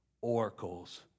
oracles